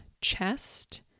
chest